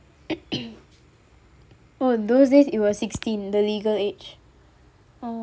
oh those days it was sixteen the legal age oh